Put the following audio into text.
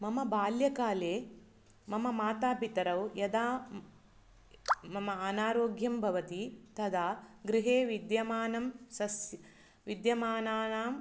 मम बाल्यकाले मम मातापितरौ यदा मम अनारोग्यं भवति तदा गृहे विद्यमानं सस् विद्यामानानां